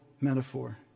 metaphor